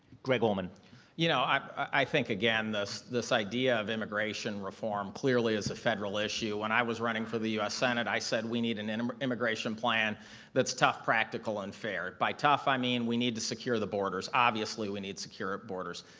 orman you know i think again this this idea of immigration reform clearly as federal issue. when i was running for the u s. senate, i said we need an and and immigration plan that's tough, practical and fair. by tough, i mean we need to secure the borders. obviously we need securer borders.